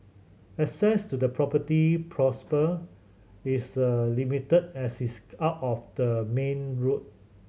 access to the property prosper is limited as its out off the main road